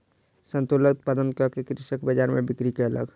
संतोला उत्पादन कअ के कृषक बजार में बिक्री कयलक